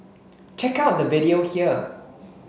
check out the video here